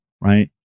Right